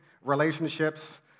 relationships